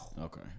Okay